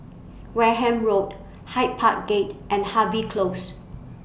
Wareham Road Hyde Park Gate and Harvey Close